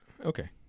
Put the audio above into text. Okay